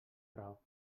raó